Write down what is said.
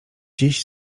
dziś